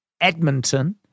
Edmonton